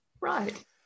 right